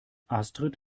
astrid